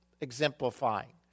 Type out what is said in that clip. exemplifying